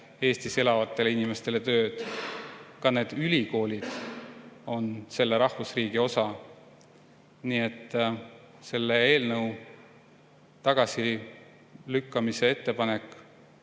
Eestis elavatele inimestele tööd. Ja ka need ülikoolid on selle rahvusriigi osa. Nii et selle eelnõu tagasilükkamise ettepanek